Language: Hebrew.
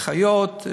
אחיות,